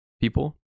people